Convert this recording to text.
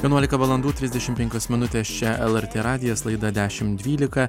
vienuolika valandų trisdešim penkios minutės čia lrt radijas laida dešim dvylika